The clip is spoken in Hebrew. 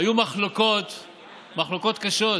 היו מחלוקות קשות,